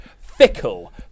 Fickle